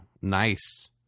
nice